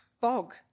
bog